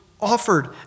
offered